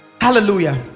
Hallelujah